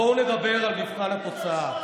אז בואו נדבר על מבחן התוצאה.